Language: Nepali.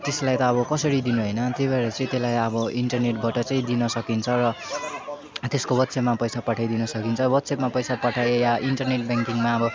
त्यसलाई त अब कसरी दिनु होइन त्यही भएर चाहिँ त्यसलाई अब इन्टरनेटबाट चाहिँ दिन सकिन्छ र त्यसको वाट्सएपमा पैसा पठाइदिन सकिन्छ वाट्सएपमा पैसा पठाए या इन्टरनेट ब्याङ्किङमा अब